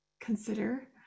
consider